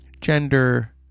gender